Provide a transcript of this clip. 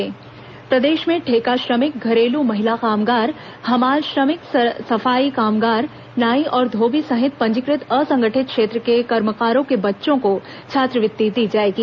श्रमिक छात्रवृत्ति प्रदेश में ठेका श्रमिक घरेलू महिला कामगार हमाल श्रमिक सफाई कामगार नाई और धोबी सहित पंजीकृत असंगठित क्षेत्र के कर्मकारों के बच्चों को छात्रवृत्ति दी जाएगी